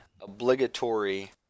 obligatory